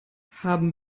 haben